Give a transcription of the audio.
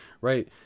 Right